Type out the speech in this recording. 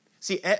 See